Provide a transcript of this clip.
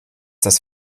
das